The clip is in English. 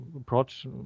approach